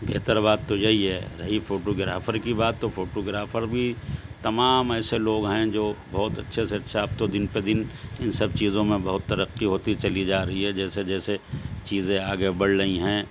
بہتر بات تو یہی ہے رہی فوٹو گرافر کی بات تو فوٹو گرافر بھی تمام ایسے لوگ ہیں جو بہت اچھے سے اچھا اب تو دن پہ دن ان سب چیزوں میں بہت ترقی ہوتی چلی جا رہی ہے جیسے جیسے چیزیں آگے بڑھ رہی ہیں